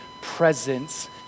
presence